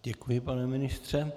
Děkuji, pane ministře.